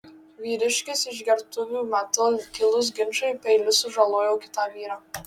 vyriškis išgertuvių metu kilus ginčui peiliu sužalojo kitą vyrą